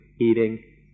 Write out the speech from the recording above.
eating